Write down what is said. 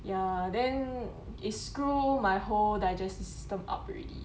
ya then it screw my whole digestive system up already